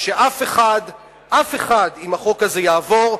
שאם החוק הזה יעבור,